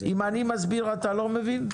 אם אני מסביר אתה לא מבין?